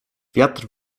wiatr